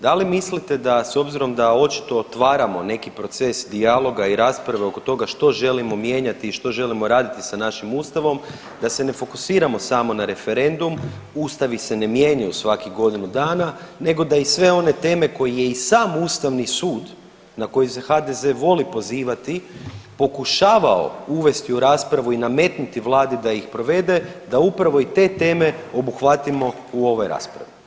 Da li mislite da s obzirom da očito otvaramo neki proces dijaloga i rasprave oko toga što želimo mijenjati i što želimo raditi sa našim Ustavom da se ne fokusiramo samo na referendum, ustavi se ne mijenjaju svakih godinu dana nego da i sve one teme koje je i sam Ustavni sud na koji se HDZ voli pozivati pokušavao uvesti u raspravu i nametnuti vladi da ih provede, da upravo i te teme obuhvatimo u ovoj raspravi.